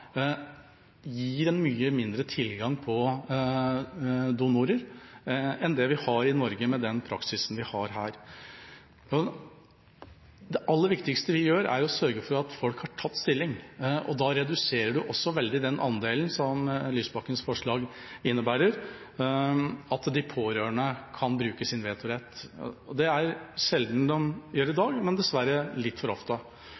gir mye mindre tilgang på donorer enn det vi har i Norge med den praksisen vi har her. Det aller viktigste vi gjør, er å sørge for at folk tar stilling, og da reduserer man også veldig det som Lysbakkens forslag innebærer – at de pårørende kan bruke sin vetorett. Det er det sjelden de gjør i dag, men dessverre litt for ofte.